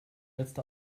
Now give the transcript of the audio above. letzte